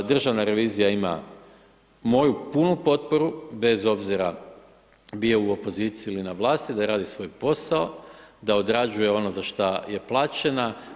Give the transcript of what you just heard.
Državna revizija ima moju punu potporu bez obzira bio u opoziciji ili na vlasti da radi svoj posao, da odrađuje ono za što je plaćena.